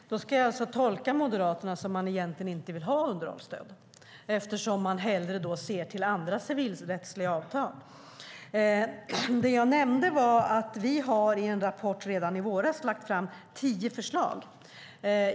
Herr talman! Jag ska alltså tolka Moderaterna så att de egentligen inte vill ha underhållsstödet eftersom de hellre ser till andra, civilrättsliga, avtal. Vi har i en rapport i våras lagt fram tio förslag.